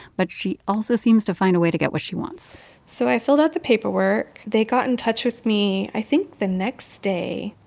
but she also seems to find a way to get what she wants so i filled out the paperwork. they got in touch with me, i think, the next day.